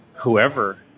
whoever